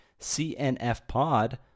CNFPOD